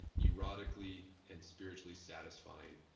erotically, and spiritually satisfying.